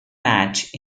match